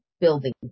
building